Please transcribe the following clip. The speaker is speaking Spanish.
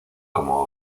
como